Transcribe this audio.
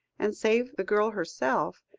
and save the girl herself,